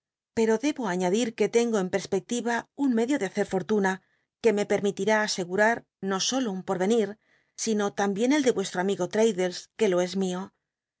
pero debo añadir que de ca in a e so tengo en pcl pcclira un jhctlio de hacer fortuna que me perm ilit'ií aocgu rar no solo un potten i sino tambicn el de ntestro amigo fraddles c ue lo es mio